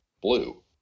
blue